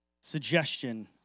suggestion